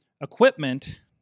equipment